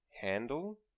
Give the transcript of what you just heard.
handle